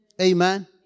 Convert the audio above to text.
Amen